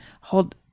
hold